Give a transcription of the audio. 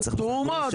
צריך לתת לו רישיון,